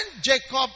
Jacob